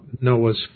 Noah's